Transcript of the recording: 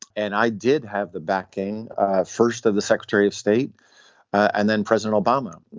and i did have the backing first of the secretary of state and then president obama.